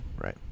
right